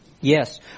Yes